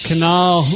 Canal